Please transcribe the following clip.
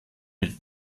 mit